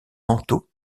mentaux